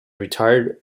retired